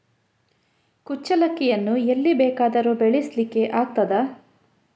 ಕುಚ್ಚಲಕ್ಕಿಯನ್ನು ಎಲ್ಲಿ ಬೇಕಾದರೂ ಬೆಳೆಸ್ಲಿಕ್ಕೆ ಆಗ್ತದ?